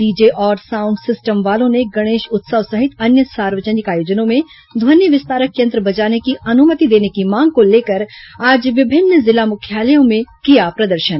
DJ और sound system वालों ने गणेश उत्सव सहित अन्य सार्वजनिक आयोजनों में ध्वनि विस्तारक यंत्र बजाने की अनुमति देने की मांग को लेकर आज विभिन्न जिला मुख्यालयों में किया प्रदर्शन